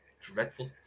dreadful